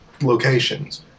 Locations